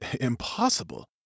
Impossible